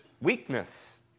weakness